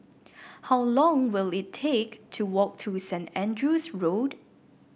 how long will it take to walk to Saint Andrew's Road